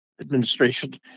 Administration